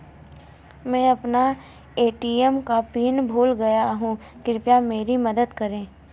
मैं अपना ए.टी.एम का पिन भूल गया हूं, कृपया मेरी मदद करें